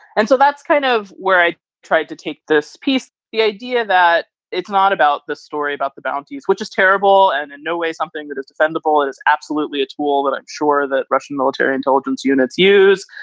and so that's kind of where i tried to take this piece. the idea that it's not about this story, about the bounties, which is terrible and in no way something that is defendable is absolutely a tool that i'm sure that russian military intelligence units use.